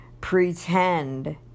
pretend